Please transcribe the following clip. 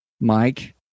Mike